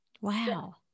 wow